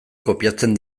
kopiatzen